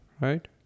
right